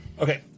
Okay